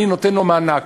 אני נותן לו מענק